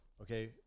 Okay